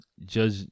judge